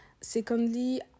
Secondly